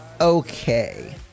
okay